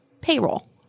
Payroll